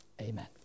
Amen